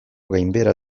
gainbehera